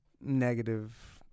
negative